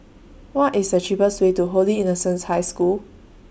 What IS The cheapest Way to Holy Innocents' High School